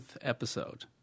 episode